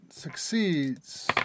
Succeeds